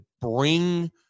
bring